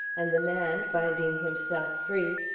and the man, finding himself free,